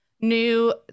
new